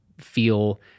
feel